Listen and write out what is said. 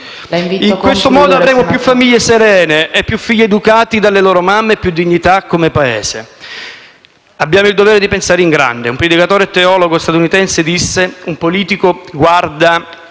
In questo modo avremo più famiglie serene, più figli educati dalle loro mamme e più dignità come Paese. Abbiamo il dovere di pensare in grande. Un predicatore e teologo statunitense disse che un politico guarda